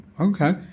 Okay